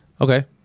Okay